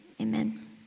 Amen